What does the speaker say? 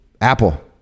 Apple